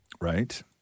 Right